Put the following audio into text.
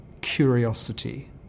curiosity